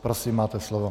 Prosím, máte slovo.